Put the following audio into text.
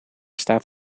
staat